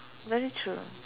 very true